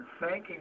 thanking